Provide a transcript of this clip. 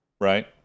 right